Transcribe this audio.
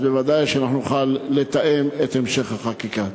אז ודאי שנוכל לתאם את המשך החקיקה.